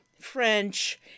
French